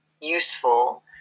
useful